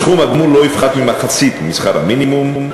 סכום הגמול לא יפחת ממחצית שכר המינימום,